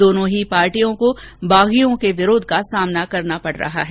दोनों ही पार्टियों को बागियों के विरोध का सामना करना पड़ रहा है